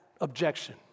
objection